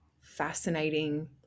fascinating